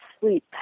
sleep